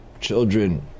children